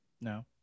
No